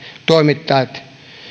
toimittajat